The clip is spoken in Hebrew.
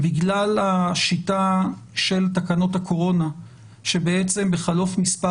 בגלל השיטה של תקנות הקורונה שבעצם בחלוף מספר